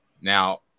Now –